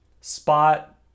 spot